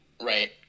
right